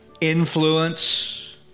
influence